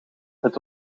het